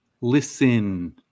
Listen